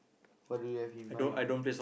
what do you have in mind